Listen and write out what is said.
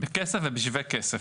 בכסף ובשווה כסף.